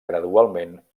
gradualment